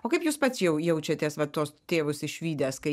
o kaip jūs pats jau jaučiatės vat tuos tėvus išvydęs kai